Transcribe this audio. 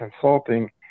consulting